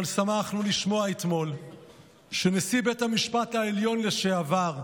אבל שמחנו לשמוע אתמול שנשיא בית המשפט העליון לשעבר,